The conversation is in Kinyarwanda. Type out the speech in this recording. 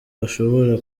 gashobora